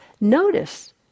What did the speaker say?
Notice